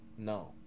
No